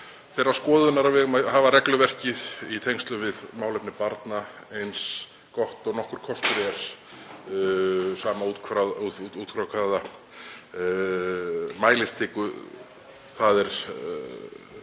eigum að hafa regluverkið í tengslum við málefni barna eins gott og nokkur kostur er, sama út frá hvaða mælistiku það er